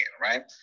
right